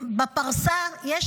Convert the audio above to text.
בפרסה יש